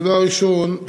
דבר ראשון,